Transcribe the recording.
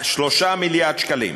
3 מיליארד שקלים.